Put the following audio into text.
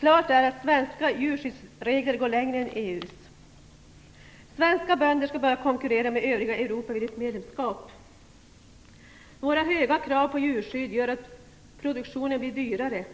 Klart är att svenska djurskyddsregler går längre än EU:s. Svenska bönder skall börja konkurrera med övriga Europa vid ett medlemskap. Våra höga krav på djurskydd gör att produktionen blir dyrare.